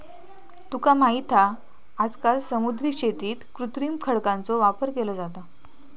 तुका माहित हा आजकाल समुद्री शेतीत कृत्रिम खडकांचो वापर केलो जाता